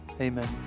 Amen